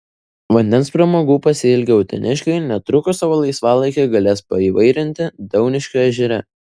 vandens pramogų pasiilgę uteniškiai netrukus savo laisvalaikį galės paįvairinti dauniškio ežere